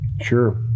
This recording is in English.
Sure